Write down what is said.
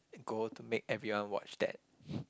and goal to make everyone watch that